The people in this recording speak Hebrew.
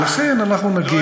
ולכן אנחנו נגיב.